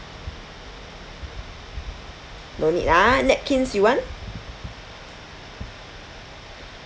no need ah napkins you want